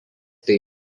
tai